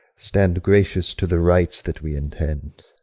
stand gracious to the rites that we intend!